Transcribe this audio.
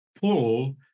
pull